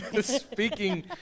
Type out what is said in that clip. Speaking